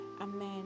Amen